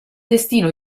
destino